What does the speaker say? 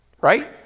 Right